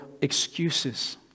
excuses